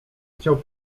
chciał